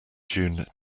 june